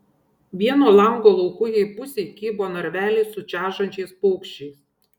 vieno lango laukujėj pusėj kybo narveliai su čežančiais paukščiais